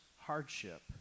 hardship